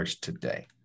today